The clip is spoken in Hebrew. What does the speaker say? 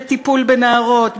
בטיפול בנערות,